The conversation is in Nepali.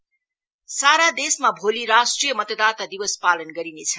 भोर्टस् डे सारा देशमा भोलि राष्ट्रिय मतदाता दिवस पालन गरिनेछ